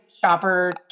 shopper